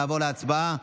נעבור להצבעה.